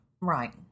Right